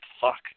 fuck